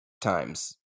times